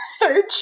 Third